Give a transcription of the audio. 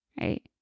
right